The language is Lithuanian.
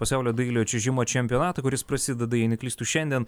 pasaulio dailiojo čiuožimo čempionatui kuris prasideda jei neklystu šiandien